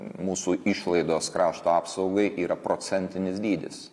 mūsų išlaidos krašto apsaugai yra procentinis dydis